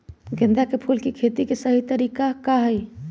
गेंदा के फूल के खेती के सही तरीका का हाई?